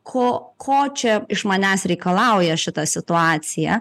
ko ko čia iš manęs reikalauja šita situacija